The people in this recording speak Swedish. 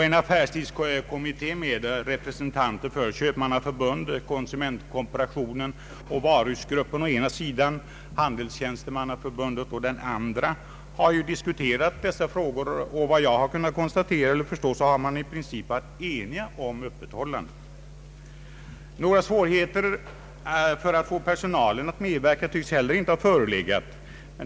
En affärstidskommitté med representanter för Köpmannaförbundet, konsumentkooperationen och varuhusgruppen å den ena sidan samt Handelstjänstemannaförbundet å den andra sidan har diskuterat dessa frågor, och vad jag kan förstå har man i princip varit enig om öppethållandet. Några svårigheter att få personalen att medverka tycks inte ha förelegat.